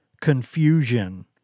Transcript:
confusion